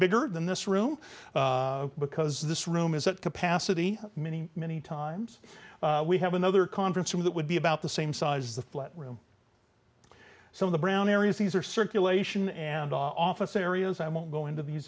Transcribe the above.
bigger than this room because this room is that capacity many many times we have another conference room that would be about the same size as the flat room so the brown areas these are circulation and office areas i won't go into these